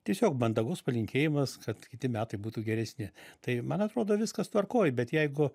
tiesiog mandagus palinkėjimas kad kiti metai būtų geresni tai man atrodo viskas tvarkoj bet jeigu